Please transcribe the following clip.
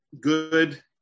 good